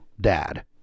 dad